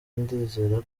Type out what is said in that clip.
ndizera